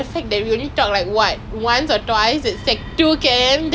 I play against computer lah sometimes I play with my friends ah like on like online